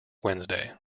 wednesday